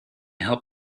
help